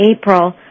April